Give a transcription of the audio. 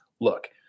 look